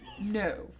No